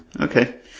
okay